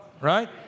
Right